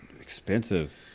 expensive